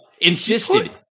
insisted